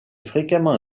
fréquemment